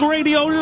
Radio